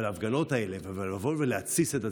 אבל ההפגנות האלה, ולבוא ולהתסיס את הציבור,